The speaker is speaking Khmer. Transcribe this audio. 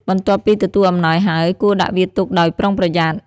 បន្ទាប់ពីទទួលអំណោយហើយ គួរដាក់វាទុកដោយប្រុងប្រយ័ត្ន។